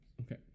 Okay